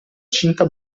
cinta